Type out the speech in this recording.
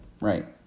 right